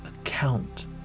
account